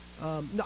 No